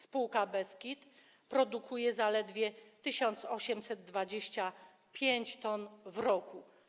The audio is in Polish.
Spółka Beskid produkuje zaledwie 1825 t w roku.